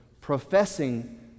professing